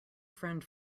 friend